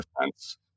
defense